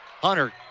Hunter